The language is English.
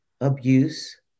abuse